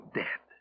dead